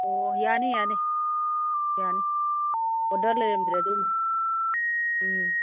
ꯑꯣ ꯌꯥꯅꯤ ꯌꯥꯅꯤ ꯌꯥꯅꯤ ꯑꯣꯗꯔ ꯂꯩꯔꯝꯗ꯭ꯔꯦ ꯑꯗꯨ ꯑꯃꯗꯤ ꯎꯝ